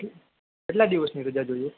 કેટલા દિવસની રજા જોઈએ